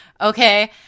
okay